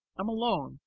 i'm alone,